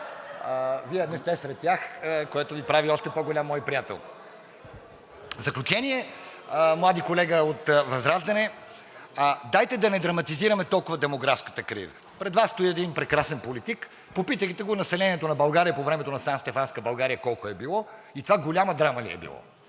Вие не сте сред тях, което Ви прави още по-голям мой приятел. В заключение, млади колега от ВЪЗРАЖДАНЕ, дайте да не драматизираме толкова демографската криза. Пред Вас стои един прекрасен политик, попитайте го населението на България по времето на Санстефанска България колко е било и това голяма драма ли е било?